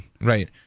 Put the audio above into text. Right